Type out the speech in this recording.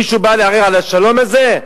מישהו בא לערער על השלום הזה?